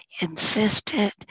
insisted